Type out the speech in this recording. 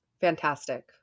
Fantastic